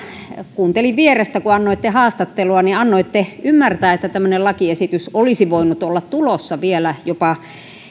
kuuntelin vierestä kun annoitte haastattelua annoitte ymmärtää että tämmöinen lakiesitys olisi voinut olla tulossa vielä jopa